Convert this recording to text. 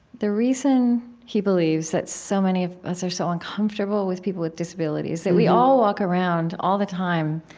the reason he believes that so many of us are so uncomfortable with people with disabilities, that we all walk around, all the time,